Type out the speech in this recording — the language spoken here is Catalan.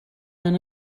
han